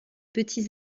petits